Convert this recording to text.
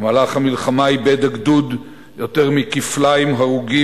במהלך המלחמה איבד הגדוד יותר מכפליים הרוגים